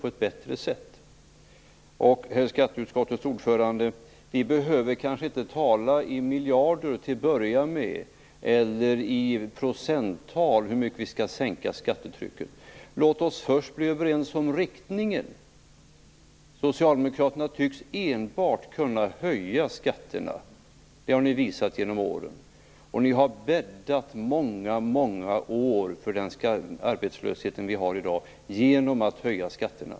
Herr ordförande i skatteutskottet, till att börja med behöver vi kanske inte tala i miljarder eller i procenttal när det gäller frågan om hur mycket skattetrycket skall sänkas. Låt oss först bli överens om riktningen! Ni socialdemokrater tycks enbart kunna höja skatterna. Det har ni visat genom åren. Ni har ju i många år bäddat för den arbetslöshet som i dag råder genom att höja skatterna.